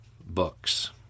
books